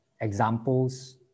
examples